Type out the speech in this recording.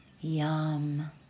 Yum